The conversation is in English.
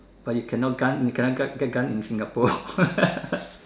but you cannot gun you cannot gun get gun in Singapore